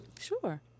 Sure